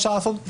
אפשר לעשות.